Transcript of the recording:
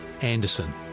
Anderson